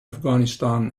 afghanistan